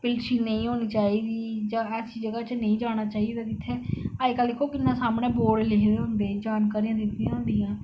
पिलशी नेई होनी चाहिदी जां ऐसी जगह नेईं जाना चाहिदा जित्थै अजकल दिक्खो केंई जगह बोर्ड लग्गे दे होंदे जानकारी दित्ती दी होंदी जियां